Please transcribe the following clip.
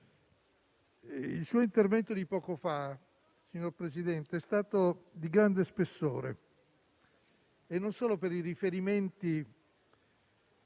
Il suo intervento di poco fa, signor Presidente del Consiglio, è stato di grande spessore, non solo per i riferimenti